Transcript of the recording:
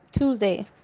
Tuesday